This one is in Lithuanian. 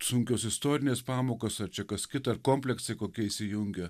sunkios istorinės pamokos ar čia kas kita ar kompleksai kokie įsijungia